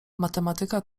matematyka